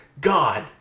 God